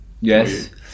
Yes